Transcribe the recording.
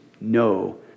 no